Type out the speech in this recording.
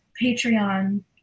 Patreon